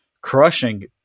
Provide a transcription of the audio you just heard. crushing